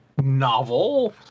novel